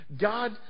God